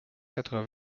quatre